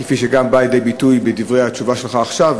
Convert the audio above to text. כפי שבא לידי ביטוי בדברי התשובה שלך עכשיו,